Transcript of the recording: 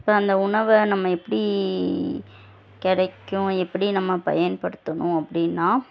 இப்போ அந்த உணவை நம்ம எப்படி கிடைக்கும் எப்படி நம்ம பயன்படுத்தணும் அப்படின்னா